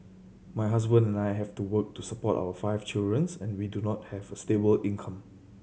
my husband and I have to work to support our five children's and we do not have a stable income